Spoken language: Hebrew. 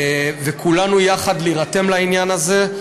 ולהירתם כולנו יחד לעניין הזה.